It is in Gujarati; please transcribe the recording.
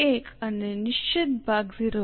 1 અને નિશ્ચિત ભાગ 0